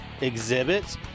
exhibits